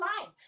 life